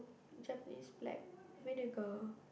Japanese black vinegar